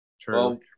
True